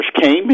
came